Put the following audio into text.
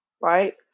right